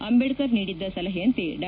ಅಂಬೇಡ್ಕರ್ ನೀಡಿದ್ದ ಸಲಹೆಯಂತೆ ಡಾ